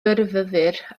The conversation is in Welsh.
byrfyfyr